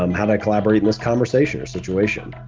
um how did i collaborate in this conversation or situation?